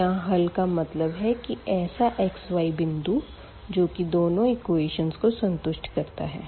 यहाँ हल का मतलब है कि ऐसा x y बिंदु जो की दोनों एक्वेशन्स को संतुष्ट करता है